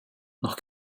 nach